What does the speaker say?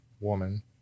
woman